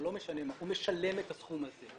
הוא משלם את הסכום הזה.